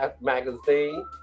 Magazine